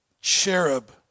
cherub